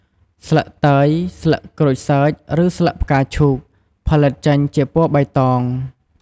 ស្លឹកតើយ ស្លឹកក្រូចសើចឬស្លឹកផ្កាឈូក ផលិតចេញជាពណ៌បៃតង។